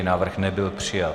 Návrh nebyl přijat.